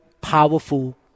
powerful